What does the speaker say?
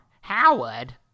Howard